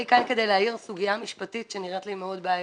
אני כאן כדי להעיר בסוגיה משפטית שנראית לי מאוד בעייתית.